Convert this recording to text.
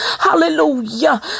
hallelujah